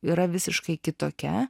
yra visiškai kitokia